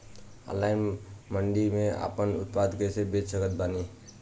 Online मंडी मे आपन उत्पादन कैसे बेच सकत बानी?